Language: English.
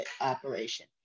operation